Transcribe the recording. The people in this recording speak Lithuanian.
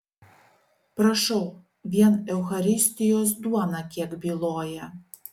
prašau vien eucharistijos duona kiek byloja